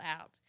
out